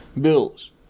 bills